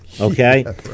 Okay